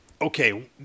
Okay